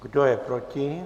Kdo je proti?